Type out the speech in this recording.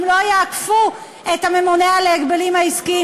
יעקפו את הממונה על ההגבלים העסקיים,